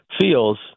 feels